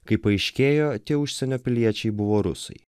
kaip paaiškėjo tie užsienio piliečiai buvo rusai